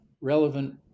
relevant